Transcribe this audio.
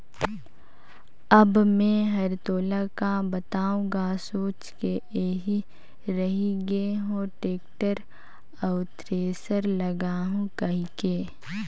अब मे हर तोला का बताओ गा सोच के एही रही ग हो टेक्टर अउ थेरेसर लागहूँ कहिके